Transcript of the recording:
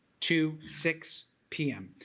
to six p m.